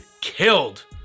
killed